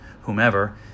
whomever